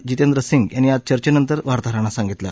जितेंद्र सिंह यांनी आज चर्चेनंतर वार्ताहरांना सांगितलं